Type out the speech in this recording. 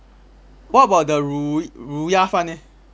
what about the 卤卤鸭饭 eh